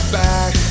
back